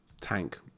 tank